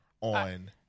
on